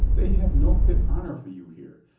they have no fit honor for you here.